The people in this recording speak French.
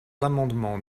l’amendement